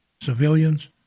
civilians